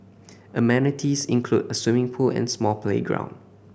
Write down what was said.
amenities include a swimming pool and small playground